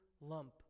lump